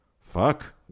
fuck